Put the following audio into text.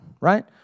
right